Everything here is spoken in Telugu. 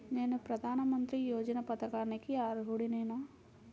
నేను ప్రధాని మంత్రి యోజన పథకానికి అర్హుడ నేన?